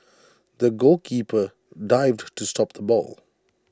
the goalkeeper dived to stop the ball